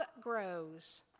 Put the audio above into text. grows